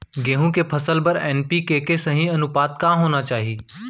गेहूँ के फसल बर एन.पी.के के सही अनुपात का होना चाही?